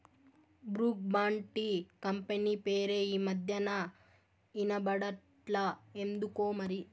Brooke Bond tea company పేరే ఈ మధ్యనా ఇన బడట్లా ఎందుకోమరి